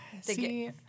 see